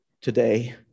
today